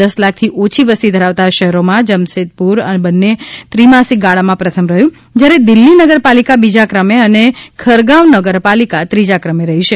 દસ લાખથી ઓછી વસતિ ધરાવતાં શહેરોમાં જમશેદપુર બંને ત્રિમાસિક ગાળામાં પ્રથમ રહ્યું જયારે દિલ્ફી નગરપાલિકા બીજા ક્રમે અને ખરગાંવ નગરપાલિકા ત્રીજા ક્રમે રહી છે